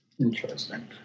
Interesting